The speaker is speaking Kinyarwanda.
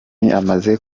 amaze